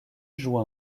joue